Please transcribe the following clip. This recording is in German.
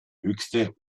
höchste